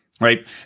right